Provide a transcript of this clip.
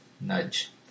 Nudge